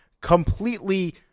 completely